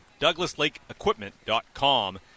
DouglasLakeEquipment.com